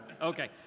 Okay